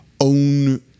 own